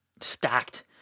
stacked